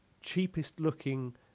cheapest-looking